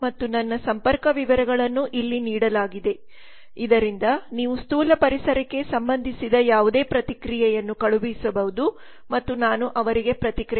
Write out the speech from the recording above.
Biplab Datta ಮತ್ತು ನನ್ನ ಸಂಪರ್ಕಗಳ ವಿವರಗಳನ್ನು ಇಲ್ಲಿ ನೀಡಲಾಗಿದೆ ಇದರಿಂದ ನೀವು ಸ್ಥೂಲ ಪರಿಸರಕ್ಕೆ ಸಂಭದಿಸಿದ ಯಾವುದೇ ಪ್ರತಿಕ್ರಿಯೆಯನ್ನು ಕಳುಹಿಸಬಹುದು ಮತ್ತು ನಾನು ಅವರಿಗೆ ಪ್ರತಿಕ್ರಿಯಿಸುತ್ತೇನೆ